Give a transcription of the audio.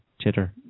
chitter